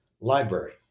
library